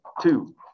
two